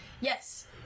Yes